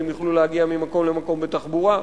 ושהם יוכלו להגיע ממקום למקום בתחבורה,